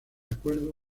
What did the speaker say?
acuerdo